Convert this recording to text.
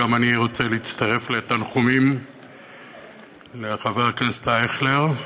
גם אני רוצה להצטרף לתנחומים לחבר הכנסת אייכלר,